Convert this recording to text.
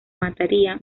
mataría